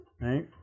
right